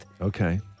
Okay